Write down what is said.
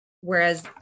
Whereas